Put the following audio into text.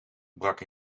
brak